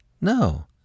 No